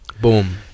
boom